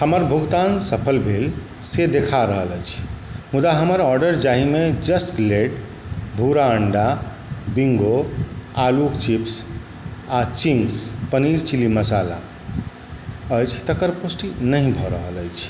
हमर भुगतान सफल भेल से देखा रहल अछि मुदा हमर ऑडर जाहिमे जस्ट लेड भूरा अण्डा बिङ्गो आलूके चिप्स आओर चिंग्स पनीर चिली मसाला अछि तकर पुष्टि नहि भऽ रहल अछि